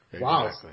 Wow